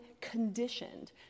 conditioned